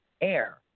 AIR